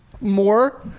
More